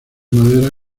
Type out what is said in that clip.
madera